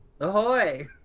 Ahoy